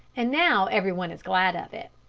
and now every one is glad of it.